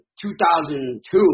2002